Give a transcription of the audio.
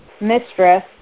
mistress